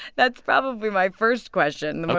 that's probably my first question, but